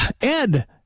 Ed